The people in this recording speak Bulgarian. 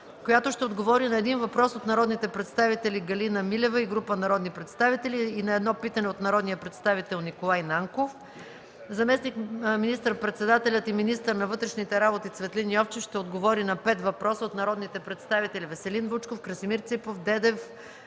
която ще отговори на един въпрос от народните представители Галина Милева и група народни представители и на едно питане от народния представител Николай Нанков. 2. Заместник министър-председателят и министър на вътрешните работи Цветлин Йовчев ще отговори на пет въпроса от народните представители Веселин Вучков и Красимир Ципов; Стефан